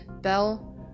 Bell